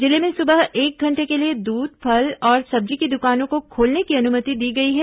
जिले में सुबह एक घंटे के लिए दूध फल और सब्जी की दुकानों को खोलने की अनुमति दी गई है